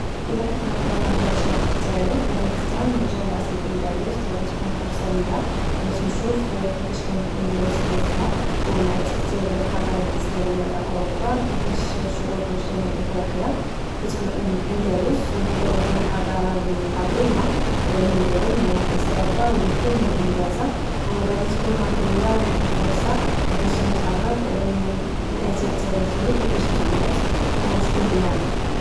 إذا كنت نقدر نرجع شي وقت في التاريخ غادي نختار نرجع لعصر الاندلس غادي تكون فرصه لي باش نشوف كيفاش كانت الاندلس في عزها ومع تاثير ديال الحضاره الاسلاميه على اوربا كيفاش شعوب ديال شمال افريقيا فتحو الاندلس ودارو فيها حضاره عظيمه من العلم والفلسفة والفن والهندسة وغادي تكون ليا واحد الفرصه باش نتعرف على الماثر التاريخية كيفاش تبنات وشكون بناها